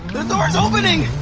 the door is opening!